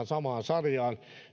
samaan sarjaan